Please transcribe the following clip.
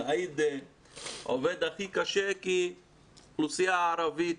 סעיד עובד הכי קשה, כי האוכלוסייה הערבית